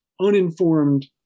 uninformed